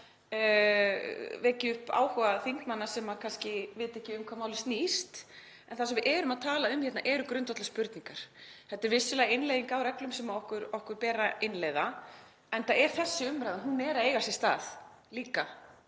veki áhuga þingmanna sem kannski vita ekki um hvað málið snýst. En það sem við erum að tala um hérna eru grundvallarspurningar. Þetta er vissulega innleiðing á reglum sem okkur ber að innleiða enda er þessi umræða líka að eiga sér stað í